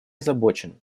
озабочен